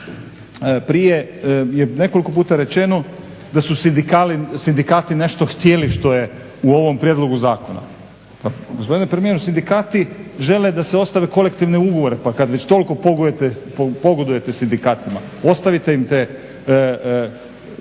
prije je nekoliko puta rečeno da su sindikati nešto htjeli što je u ovom prijedlogu zakona. Pa gospodine premijeru sindikati žele da se ostave kolektivni ugovore, pa kad već toliko pogodujete sindikatima, ostavite im te,